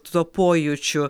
tuo pojūčiu